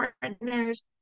partners